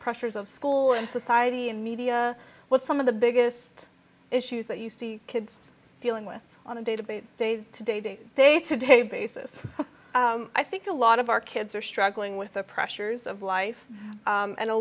pressures of school and society and media what some of the biggest issues that you see kids dealing with on a database day to day to day to day basis i think a lot of our kids are struggling with the pressures of life and a